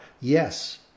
yes